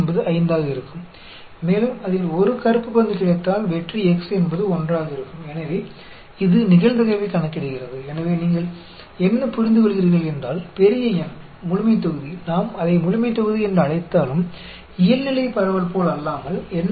यहाँ माध्य μ S n capital N द्वारा दिया जाता है S है सफलताओं की संभावित संख्या n small n परीक्षण की संख्या है कैपिटल N आबादी है